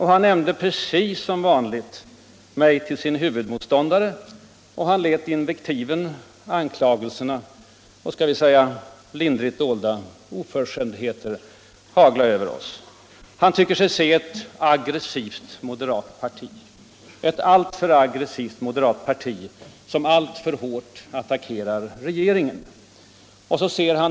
Han valde precis som vanligt mig till sin huvudmotståndare och lät invektiven, anklagelserna och — skall vi säga lindrigt dolda — oförskämdheter hagla över mig och mitt parti. Han tycker sig se ett alltför aggressivt moderat parti som alltför hårt attackerar regeringen.